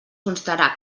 constarà